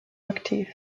aktiv